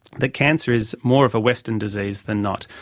that cancer is more of a western disease than not.